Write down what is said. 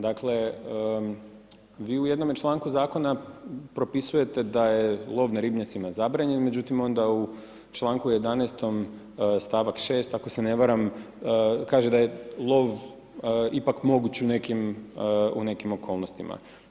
Dakle, vi u jednome članku zakona propisujete da je lov na ribnjacima zabranjen, međutim onda u članku 11. stavak 6. ako se ne varam, kaže da je lov ipak moguć u nekim okolnostima.